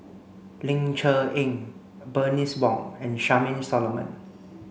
Ling Cher Eng Bernice Wong and Charmaine Solomon